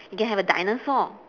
you can have a dinosaur